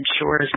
ensures